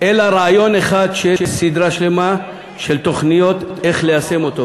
אלא רעיון אחד עם סדרה שלמה של תוכניות איך ליישם אותו".